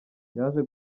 yaje